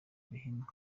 rehema